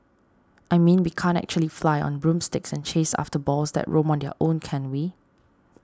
I mean we can't actually fly on broomsticks and chase after balls that roam on their own can we